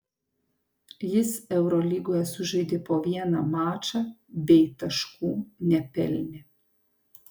jis eurolygoje sužaidė po vieną mačą bei taškų nepelnė